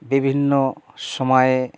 বিভিন্ন সময়ে